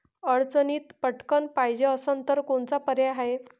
अडचणीत पटकण पायजे असन तर कोनचा पर्याय हाय?